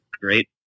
great